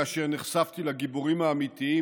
כאשר נחשפתי לגיבורים האמיתיים,